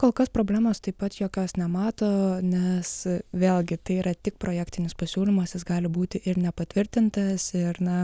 kol kas problemos taip pat jokios nemato nes vėlgi tai yra tik projektinis pasiūlymas jis gali būti ir nepatvirtintas ir na